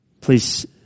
Please